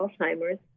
Alzheimer's